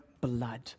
blood